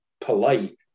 polite